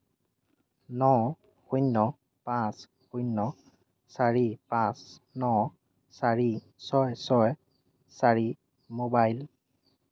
ন শূণ্য পাঁচ শূণ্য চাৰি পাঁচ ন চাৰি ছয় ছয় চাৰি মোবাইল